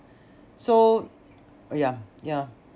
so yeah yeah